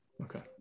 okay